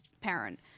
parent